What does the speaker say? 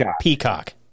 peacock